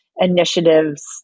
initiatives